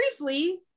briefly